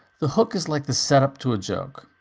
the hook is like the setup to a joke.